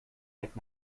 lekt